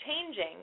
changing